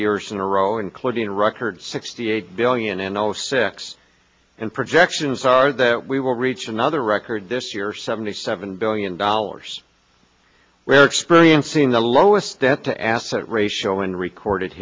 years in a row including record sixty eight billion in zero six and projections are that we will reach another record this year seventy seven billion dollars we are experiencing the lowest debt to asset ratio in recorded